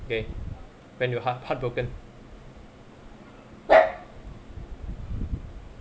okay when your heart heartbroken